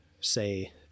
say